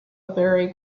very